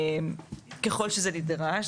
ככל שזה נדרש,